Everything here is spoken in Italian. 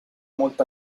molto